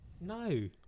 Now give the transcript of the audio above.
No